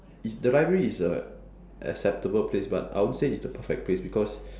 is the library is a acceptable place but I won't say is the perfect place because